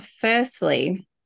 firstly